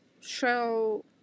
show